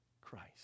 Christ